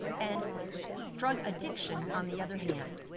and drug addiction on the other hand,